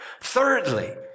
Thirdly